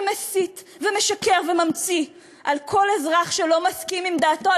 שמסית ומשקר וממציא על כל אזרח שלא מסכים עם דעתו,